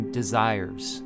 desires